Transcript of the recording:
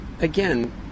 Again